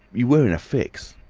you were in a fix.